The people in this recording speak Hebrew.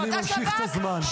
--- עצור את הזמן.